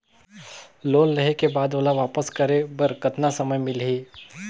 Loan लेहे के बाद ओला वापस करे बर कतना समय मिलही?